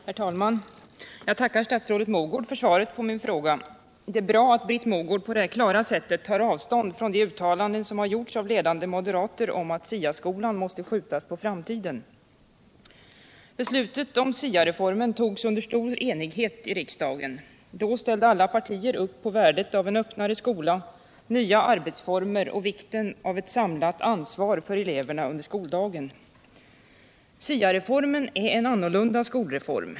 Herr talman! Jag tackar statsrådet Mogård för svaret på min fråga. Det är bra att Britt Mogård på det här klara sättet tar avstånd från de uttalanden som har gjorts av ledande moderater om att SIA-skolan måste skjutas på framtiden. Beslutet om SIA-reformen fattades under stor enighet i riksdagen. Då underströk alla partier värdet av en öppnare skola, nya arbetsformer och vikten av ett samlat ansvar för eleverna under skoldagen. SIA-reformen är en annorlunda skolreform.